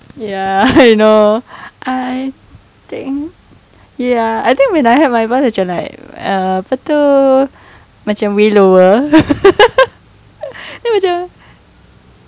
ya I know I think ya I think when I heard my uh voice macam like apa itu macam way lower then macam